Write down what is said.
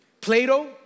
Plato